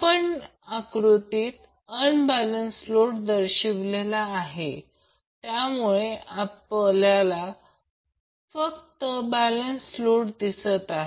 voltage मापनावर हा phasor आहे आपण हे व्होल्टेज येथून इथे लिहितो